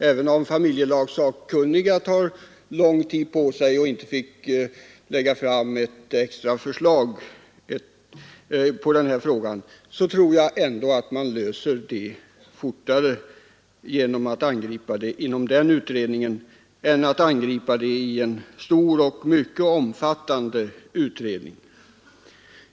Även om familjelagssakkunniga tar lång tid på sig och inte tycks lägga fram ett förslag i den här frågan tror jag ändå att man löser problemen fortare genom att angripa dem inom den utredningen än i en stor och mycket omfattande utredning.